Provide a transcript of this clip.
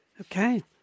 Okay